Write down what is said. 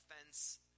offense